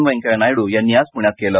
वेंकय्या नायडू यांनी आज पुण्यात केल